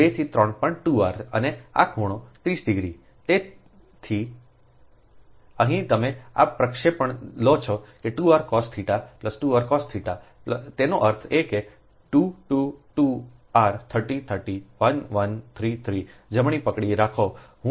તેથી અહીં તમે આ પ્રક્ષેપણ લો છો કે 2 r કોસ 30 2 r કોસ 30તેનો અર્થ એ કે 2 2 2 r 30 30 1 1 3 3 જમણી પકડી રાખો હું તેને થોડુંક ઉપર મૂકીશ